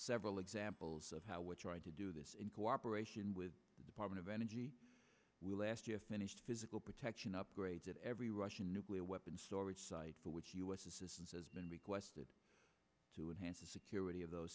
several examples of how what's right to do this in cooperation with the department of energy will last year finish physical protection upgrades at every russian nuclear weapons storage site for which u s assistance has been requested to enhance the security of those